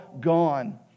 gone